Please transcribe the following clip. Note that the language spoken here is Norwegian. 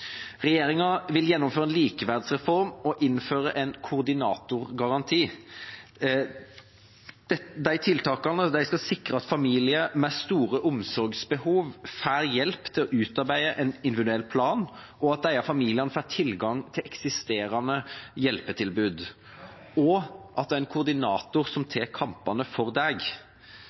Regjeringa vil gjennomføre en likeverdsreform og innføre en koordinatorgaranti. Disse tiltakene skal sikre at familier med store omsorgsbehov får hjelp til å utarbeide en individuell plan, at disse familiene får tilgang til eksisterende hjelpetilbud, og at det er en koordinator som tar kampene for